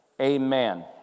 amen